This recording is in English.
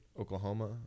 Oklahoma